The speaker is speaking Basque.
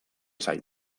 zait